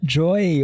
joy